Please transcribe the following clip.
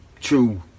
true